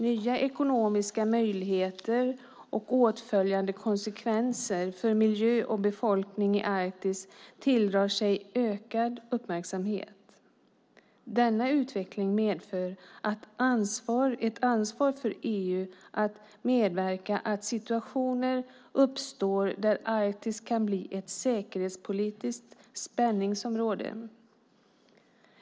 Nya ekonomiska möjligheter och åtföljande konsekvenser för miljö och befolkning i Arktis tilldrar sig ökad uppmärksamhet. Denna utveckling medför ett ansvar för EU att motverka att situationer uppstår där Arktis kan bli ett säkerhetspolitiskt spänningsområde.